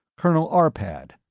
colonel arpad.